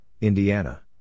Indiana